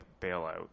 bailout